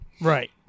Right